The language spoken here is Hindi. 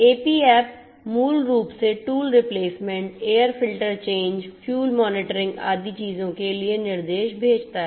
एपी एप मूल रूप से tool replacement air filter change fuel monitoring आदि चीजों के लिए निर्देश भेजता है